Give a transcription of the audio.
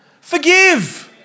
Forgive